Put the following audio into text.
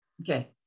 Okay